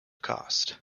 cost